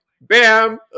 bam